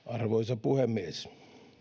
arvoisa puhemies